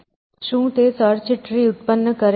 શું તે search tree ઉત્પન્ન કરે છે